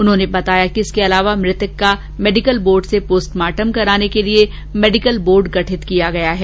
उन्होंने बताया कि इसके अलावा मृतक का मेडिकल बोर्ड से पोस्टमार्टम कराने के लिए मेडिकल बोर्ड गठित कर दिया गया है